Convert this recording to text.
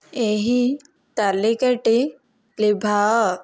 ଏହି ତାଲିକାଟି ଲିଭାଅ